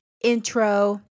intro